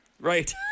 Right